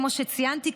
כמו שציינתי,